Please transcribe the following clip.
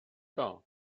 dar